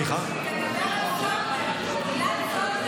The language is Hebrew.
שאמרתם סולברג.